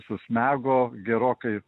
susmego gerokai